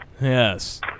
Yes